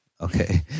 Okay